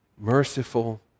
merciful